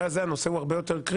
הזה נושא הוא יותר קריטי